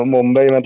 Mumbai